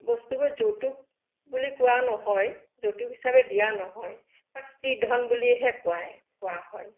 বস্তুবোৰ যৌতুক বুলি কোৱা নহয় যৌতুক হিচাবে দিয়া নহয় তাক স্ত্ৰী ধন বুলিহে কোৱায় কোৱা হয়